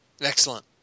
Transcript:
Excellent